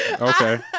Okay